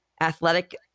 athletic